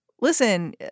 listen